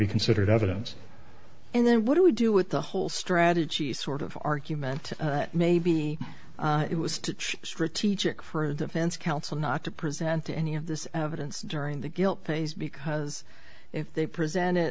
be considered evidence and then what do we do with the whole strategy sort of argument that maybe it was to strategic for defense counsel not to present any of this evidence during the guilt phase because if they present it